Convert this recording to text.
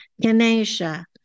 Ganesha